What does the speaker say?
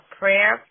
prayer